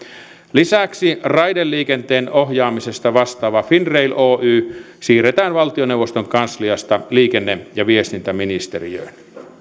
lisäksi raideliikenteen ohjaamisesta vastaava finrail oy siirretään valtioneuvoston kansliasta liikenne ja viestintäministeriöön